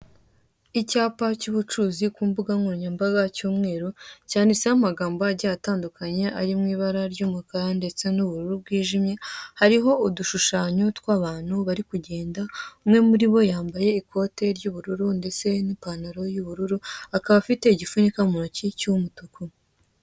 Icyapa cy'ubucuruzi ku mbuga nkoranyambaga cy'umweru, cyanditseho amagambo agiye atandukanye ari mu ibara ry'umukara ndetse n'ubururu bwijimye, hariho udushushanyo tw'abantu bari kugenda, umwe muri bo yambaye ikoti ry'ubururu ndetse n'ipantaro y'ubururu akaba afite igipfunyika mu ntoki cy'umutuku.